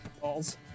balls